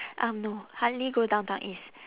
um no hardly go downtown east